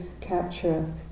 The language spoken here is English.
capture